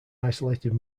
isolated